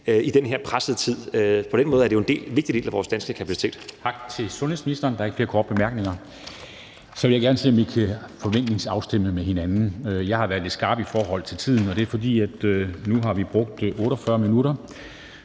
i den her pressede tid. På den måde er det jo en vigtig del af vores danske kapacitet